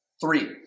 three